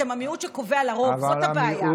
אתם המיעוט שקובע לרוב, זאת הבעיה.